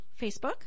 Facebook